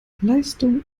leistung